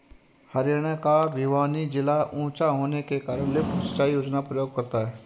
हरियाणा का भिवानी जिला ऊंचा होने के कारण लिफ्ट सिंचाई योजना का प्रयोग करता है